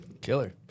Killer